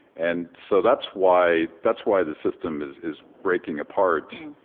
and so that's why that's why the system is is breaking apart.